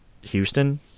Houston